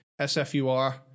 SFUR